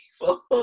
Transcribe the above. people